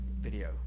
video